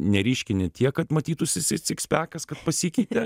neryškini tiek kad matytųsi si sikspekas kad pasikeitė